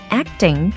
acting